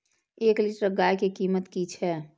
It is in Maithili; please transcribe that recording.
एक लीटर गाय के कीमत कि छै?